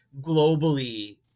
globally